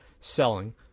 selling